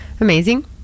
amazing